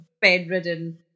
bedridden